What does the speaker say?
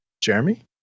Jeremy